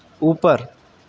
اوپر